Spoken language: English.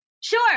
Sure